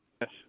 Yes